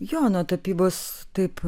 jo nuo tapybos taip